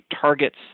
targets